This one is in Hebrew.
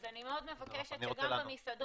אז אני מאוד מבקשת שגם במסעדות,